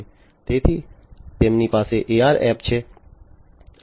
તેથી તેમની પાસે AR એપ છે